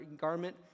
garment